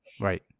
right